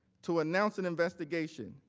to announce an investigation